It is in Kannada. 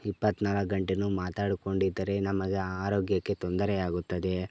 ಇಪ್ಪತ್ತ್ನಾಲ್ಕು ಗಂಟೆ ಮಾತಾಡಿಕೊಂಡಿದ್ದರೆ ನಮಗೆ ಆರೋಗ್ಯಕ್ಕೆ ತೊಂದರೆಯಾಗುತ್ತದೆ